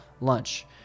lunch